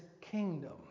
kingdom